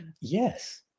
Yes